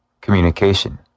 communication